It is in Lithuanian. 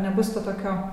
nebus tokio